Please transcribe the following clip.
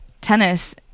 tennis